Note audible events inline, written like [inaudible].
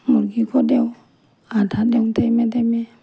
মূৰ্গীকো দিওঁ [unintelligible] দিওঁ টাইমে টাইমে